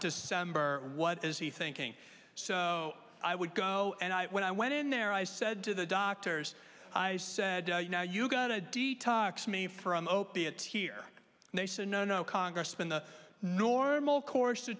december what is he thinking so i would go and i when i went in there i said to the doctors i said now you got to detox me from opiates here and they said no no congressman the normal course